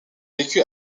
vécu